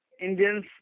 Indians